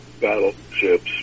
battleships